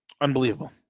unbelievable